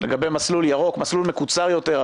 מסלול ירוק, מסלול מקוצר יותר.